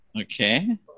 Okay